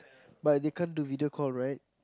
but they can't do video call right